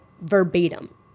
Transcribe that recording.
verbatim